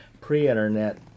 pre-Internet